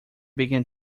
began